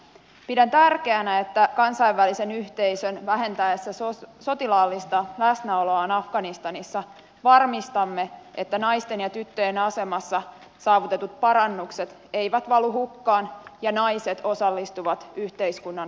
pidän tärkeänä että kansainvälisen yhteisön vähentäessä sotilaallista läsnäoloaan afganistanissa varmistamme että naisten ja tyttöjen asemassa saavutetut parannukset eivät valu hukkaan ja naiset osallistuvat yhteiskunnan rakentamiseen